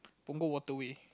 Punggol Waterway